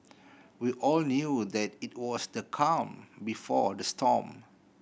we all knew that it was the calm before the storm